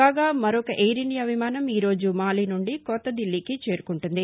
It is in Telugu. కాగా మరొక ఎయిర్ ఇండియా విమానం ఈరోజు మాలి నుండి కొత్తదిల్లీకి చేరుకుంటుంది